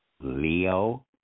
Leo